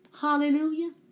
Hallelujah